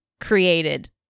created